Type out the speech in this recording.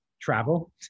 travel